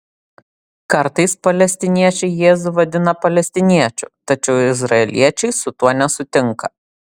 kartais palestiniečiai jėzų vadina palestiniečiu tačiau izraeliečiai su tuo nesutinka